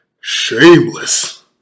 Shameless